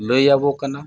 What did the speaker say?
ᱞᱟᱹᱭᱟᱵᱚ ᱠᱟᱱᱟ